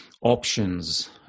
options